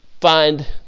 find